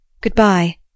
Goodbye